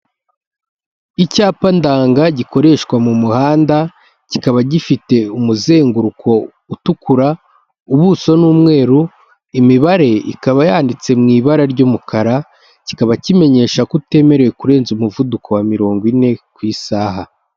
Icyapa ndanga gikoreshwa mu muhanda, kikaba gifite umuzenguruko utukura, ubuso ni umweru, imibare ikaba yanditse mu ibara ry'umukara, kikaba kimenyesha ko utemerewe kurenza umuvuduko wa mirongo ine ku isaha.